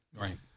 right